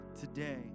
Today